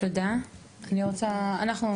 תודה רבה.